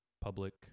public